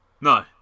No